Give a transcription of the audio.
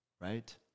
right